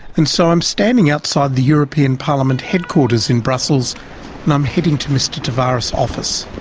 and so i'm standing outside the european parliament headquarters in brussels and i'm heading to mr tavares' office.